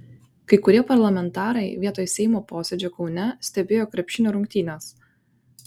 kai kurie parlamentarai vietoj seimo posėdžio kaune stebėjo krepšinio rungtynes